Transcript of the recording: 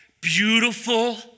beautiful